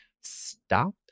stop